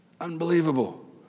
Unbelievable